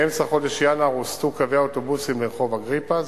באמצע חודש ינואר הוסטו קווי האוטובוסים לרחוב אגריפס,